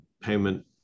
payment